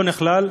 לא נכללו,